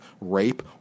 rape